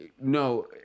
No